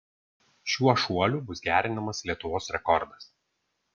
šiuo šuoliu bus gerinamas lietuvos rekordas